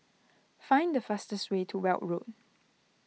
find the fastest way to Weld Road